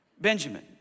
Benjamin